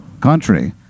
country